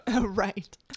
Right